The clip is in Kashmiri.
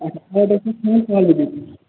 اچھا